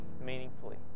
meaningfully